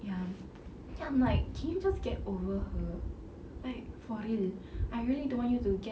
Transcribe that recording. ya then I'm like can you just get over her like for real I really don't want you to get